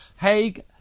Haig